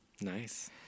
Nice